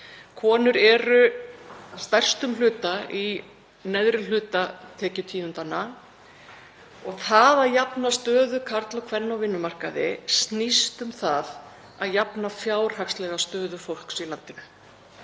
Konur eru að stærstum hluta í neðri hluta tekjutíundanna og það að jafna stöðu karla og kvenna á vinnumarkaði snýst um að jafna fjárhagslega stöðu fólks í landinu.